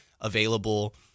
available